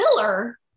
filler